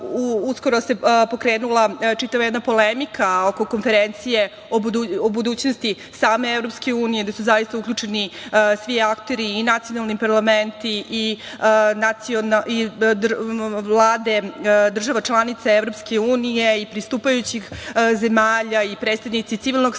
Uskoro se pokrenula čitava jedna polemika oko konferencije o budućnosti same EU, gde su uključeni svi akteri i nacionalni parlament i vlade država članice EU i pristupajućih zemalja i predstavnici civilnog sektora,